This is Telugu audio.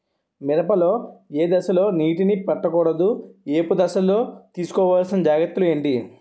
మిరప లో ఏ దశలో నీటినీ పట్టకూడదు? ఏపు దశలో తీసుకోవాల్సిన జాగ్రత్తలు ఏంటి?